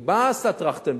כי מה עשה טרכטנברג?